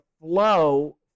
flow